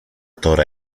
τώρα